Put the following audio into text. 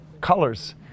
colors